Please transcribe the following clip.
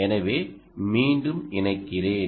எனவே மீண்டும் இணைக்கிறேன்